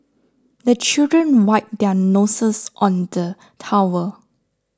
the children wipe their noses on the towel